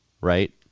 Right